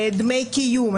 דמי קיום,